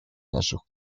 наших